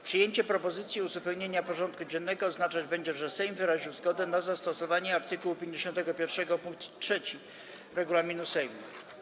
Przyjęcie propozycji uzupełnienia porządku dziennego oznaczać będzie, że Sejm wyraził zgodę na zastosowanie art. 51 pkt 3 regulaminu Sejmu.